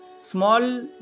small